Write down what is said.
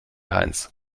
heinz